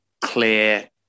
clear